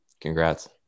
Congrats